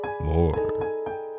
more